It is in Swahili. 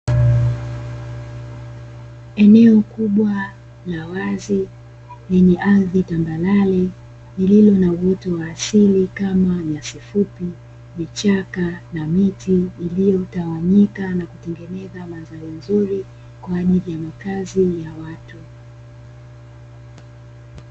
Eneo kubwa la wazi lenye ardhi tambarare, lililo na uoto wa asili kama nyasi fupi, vichaka na miti iliyotawanyika na kutengeneza mandhari nzuri, kwa ajili ya makazi ya watu.